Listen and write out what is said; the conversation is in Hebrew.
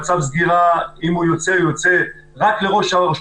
אם צו הסגירה יוצא הוא יוצא; רק לראש הרשות